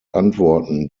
antworten